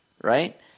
right